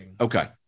Okay